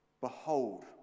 behold